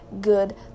good